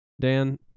Dan